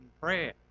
prayer